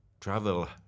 travel